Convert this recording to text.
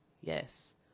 Yes